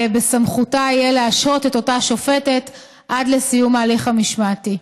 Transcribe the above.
בסמכותה יהיה להשעות את אותה שופטת עד לסיום ההליך המשמעתי.